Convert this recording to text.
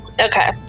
Okay